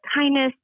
kindness